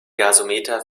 gasometer